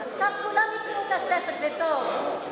עכשיו כולם יקראו את הספר, זה טוב.